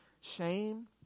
shame